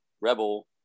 Rebel